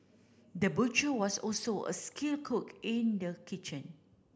the butcher was also a skilled cook in the kitchen